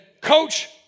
coach